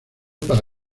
para